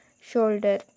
shoulder